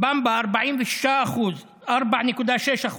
במבה, 4.6%,